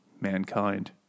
mankind